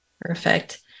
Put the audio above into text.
Perfect